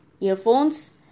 earphones